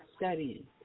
studying